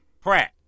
Pratt